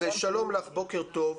שלום לך, בוקר טוב.